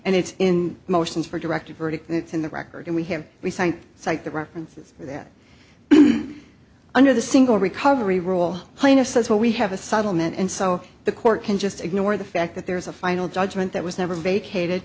and it's in motions for directed verdict that's in the record and we have we sank cite the references that under the single recovery role playing a says well we have a subtle man and so the court can just ignore the fact that there's a final judgment that was never vacated